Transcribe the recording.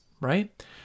right